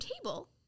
table